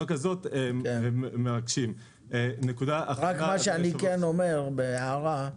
מה שאני אומר בהערה,